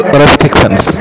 restrictions